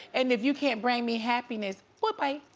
and if you can't bring me happiness, boy bye.